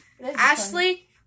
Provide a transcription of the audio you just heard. Ashley